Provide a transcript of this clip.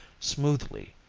smoothly,